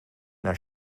naar